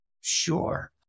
Sure